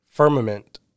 Firmament